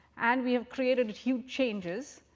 and we have created huge changes.